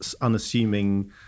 unassuming